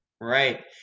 right